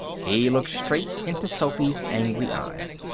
he looked straight into sophy's angry eyes.